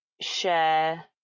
share